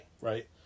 right